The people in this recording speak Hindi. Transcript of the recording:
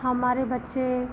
हमारे बच्चे